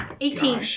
Eighteen